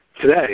Today